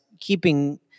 keeping